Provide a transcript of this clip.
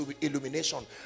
illumination